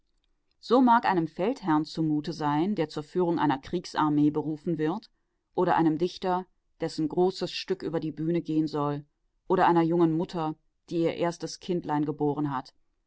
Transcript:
so mag einem feldherrn zumute sein der zur führung einer kriegsarmee berufen wird oder einem dichter dessen großes stück über die bühne gehen soll oder einer jungen mutter die ihr erstes kindlein geboren hat